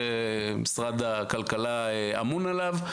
שמשרד הכלכלה אמון עליו.